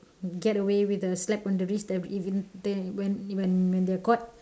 get away with the slap on their wrist that even then when when when they are caught